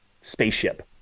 spaceship